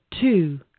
two